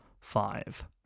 five